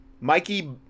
Mikey